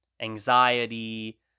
Anxiety